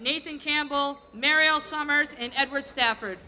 nathan campbell mariel summers and edward stafford